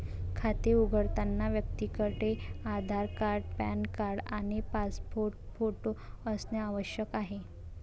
खाते उघडताना व्यक्तीकडे आधार कार्ड, पॅन कार्ड आणि पासपोर्ट फोटो असणे आवश्यक आहे